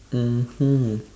mmhmm